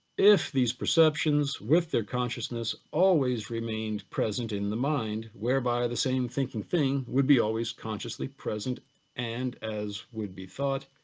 if these perceptions, with their consciousness always remained present in the mind, whereby the same thinking thing would be always consciously present and as would be thought,